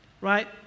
Right